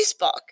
Facebook